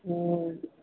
हूँ